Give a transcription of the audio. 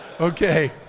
Okay